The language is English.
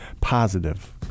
positive